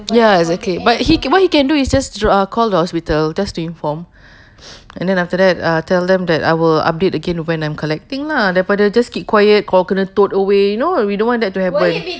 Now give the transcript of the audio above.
ya exactly but he can what he can do is just thro~ uh call the hospital just to inform and then after that err tell them that I will update again when I'm collecting lah than daripada keep quiet call kena towed away you know we don't want that to happen